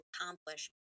accomplish